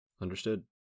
Understood